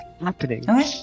happening